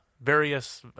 various